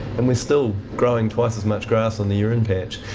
and we're still growing twice as much grass on the urine patch.